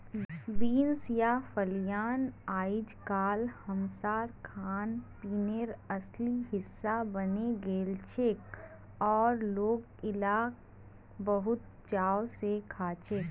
beans या फलियां अइजकाल हमसार खानपीनेर असली हिस्सा बने गेलछेक और लोक इला बहुत चाव स खाछेक